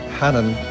Hannon